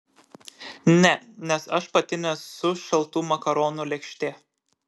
ne nes aš pati nesu šaltų makaronų lėkštė